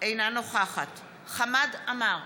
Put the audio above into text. אינה נוכחת חמד עמאר,